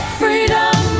freedom